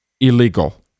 illegal